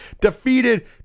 Defeated